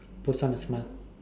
puts on a smile